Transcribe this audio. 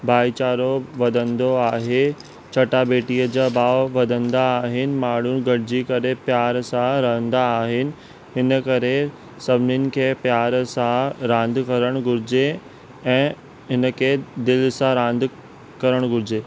भाई चारो वधंदो आहे चटाभेटीअ जा भाव वधंदा आहिनि माण्हू गॾिजी करे प्यार सां रहंदा आहिनि हिन करे सभिनीनि खे प्यार सां रांदि करणु घुरिजे ऐं इनखे दिलि सां रांदि करणु घुरिजे